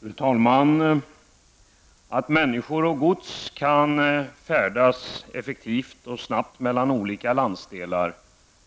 Fru talman! Att människor och gods kan färdas effektivt och snabbt mellan olika landsdelar